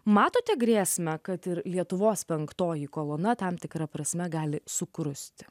matote grėsmę kad ir lietuvos penktoji kolona tam tikra prasme gali sukrusti